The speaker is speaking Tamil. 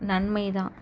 நன்மைதான்